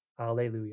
Alleluia